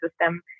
system